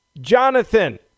Jonathan